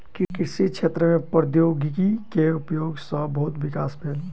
कृषि क्षेत्र में प्रौद्योगिकी के उपयोग सॅ बहुत विकास भेल